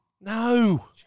No